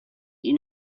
you